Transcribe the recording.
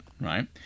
right